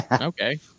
Okay